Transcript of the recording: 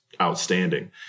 outstanding